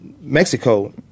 Mexico